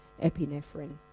epinephrine